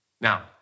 Now